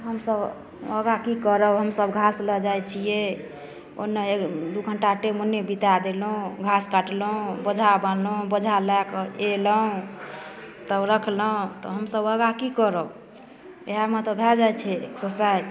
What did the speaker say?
हमसब योगा कि करब हमसब घासलए जाइ छिए ओना दुइ घण्टा टाइम बिता देलहुँ घास काटलहुँ बोझा बन्हलहुँ बोझा लऽ कऽ अएलहुँ तब रखलहुँ तऽ हमसब योगा कि करब इएहमे तऽ भऽ जाइ छै एक्सरसाइज